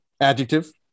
Adjective